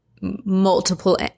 multiple